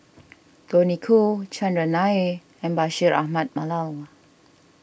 Tony Khoo Chandran Nair and Bashir Ahmad Mallal